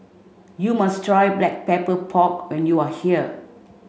you must try black pepper pork when you are here